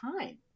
time